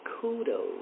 kudos